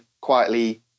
quietly